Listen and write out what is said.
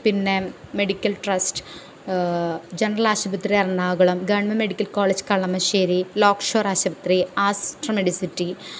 പിന്നെ medical trust general ആശുപത്രി Ernakulam government medical college Kalamassery Lakeshore ആശുപത്രി ആസ്ട്ര മെഡിസിറ്റി